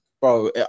bro